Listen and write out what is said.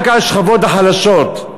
רק על השכבות החלשות.